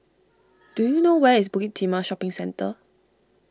do you know where is Bukit Timah Shopping Centre